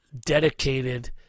dedicated